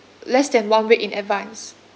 less than one week in advance